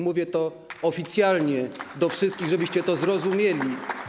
Mówię to oficjalnie do wszystkich, żebyście to zrozumieli.